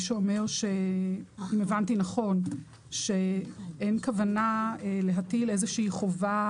אם הבנתי נכון הוא אומר שאין כוונה להטיל איזושהי חובה